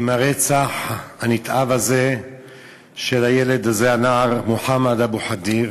עם הרצח הנתעב הזה של הנער מוחמד אבו ח'דיר.